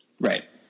Right